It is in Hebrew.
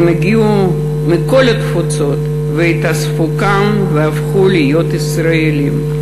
הם הגיעו מכל התפוצות והתאספו כאן והפכו להיות ישראלים.